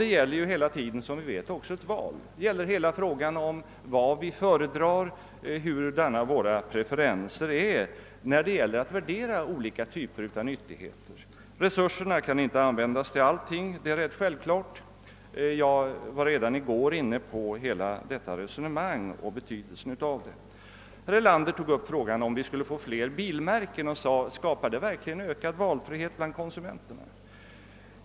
Det gäller hela tiden — som vi vet — också ett val, det gäller frågan om hurudana våra preferenser är i värderingen av olika typer av nyttigheter. Resurserna kan inte användas till allting, det är rätt självklart. Jag var redan i går inne på hela detta resonemang. Herr Erlander tog upp frågan om huruvida vi skulle få fler bilmärken och undrade om det verkligen skulle skapa ökad valfrihet för konsumenterna?